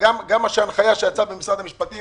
מי אמר שההנחיה של משרד המשפטים